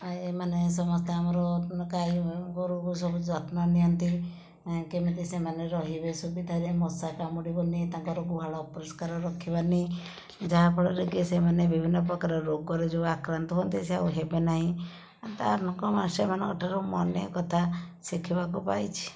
ଆଉ ଏମାନେ ସମସ୍ତେ ଆମର ଗାଈ ଗୋରୁକୁ ସବୁ ଯତ୍ନ ନିଅନ୍ତି କେମିତି ସେମାନେ ରହିବେ ସୁବିଧାରେ ମଶା କାମୁଡ଼ିବନି ତାଙ୍କର ଗୁହାଳ ଅପରିଷ୍କାର ରଖିବାନି ଯାହାଫଳରେ କି ସେମାନେ ବିଭିନ୍ନ ପ୍ରକାର ରୋଗରେ ଯେଉଁ ଆକ୍ରାନ୍ତ ହୁଅନ୍ତି ସେ ଆଉ ହେବେନାହିଁ ତା'ହେଲେ କ'ଣ ସେମାନଙ୍କଠାରୁ ମୁଁ ଅନେକ କଥା ଶିଖିବାକୁ ପାଇଛି